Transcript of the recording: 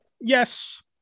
yes